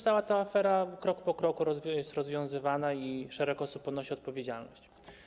Ta afera krok po kroku jest rozwiązywana i szereg osób ponosi odpowiedzialność.